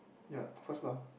ya of course lah